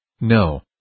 No